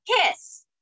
kiss